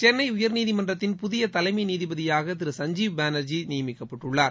சென்ளை உயர்நீதிமன்றத்தின் புதிய தலைமை நீதிபதியாக திரு சஞ்ஜீப் பானர்ஜி நியமிக்கப்பட்டுள்ளார்